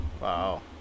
wow